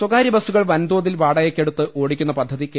സ്വകാര്യ ബസ്സുകൾ വൻതോതിൽ വാടകയ്ക്കെടുത്ത് ഓടി ക്കുന്ന പദ്ധതി കെ